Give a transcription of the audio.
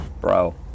Bro